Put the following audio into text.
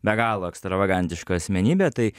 be galo ekstravagantiška asmenybė tai